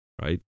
right